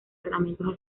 tratamientos